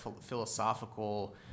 philosophical